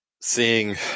seeing